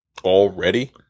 Already